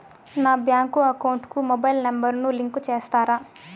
నా bank account కు mobile number ను లింకు చేస్తారా?